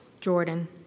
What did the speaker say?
Jordan